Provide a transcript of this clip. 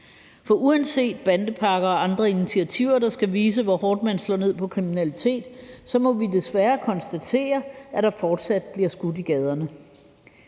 har været bandepakker og andre initiativer, der skal vise, hvor hårdt man slår ned på kriminalitet, så må vi desværre konstatere, at der fortsat bliver skudt i gaderne.